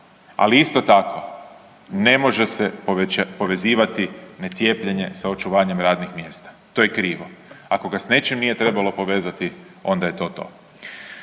ali isto tako ne može se povezivati ne cijepljenje sa očuvanjem radnih mjesta. To je krivo. Ako ga s nečim nije trebalo povezati onda je to to.